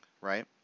right